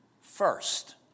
first